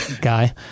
guy